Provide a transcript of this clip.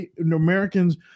Americans